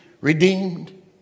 Redeemed